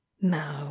now